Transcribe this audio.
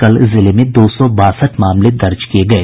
कल जिले में दो सौ बासठ मामले दर्ज किये गये